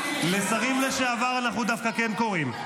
לשרים לשעבר אנחנו דווקא כן קוראים,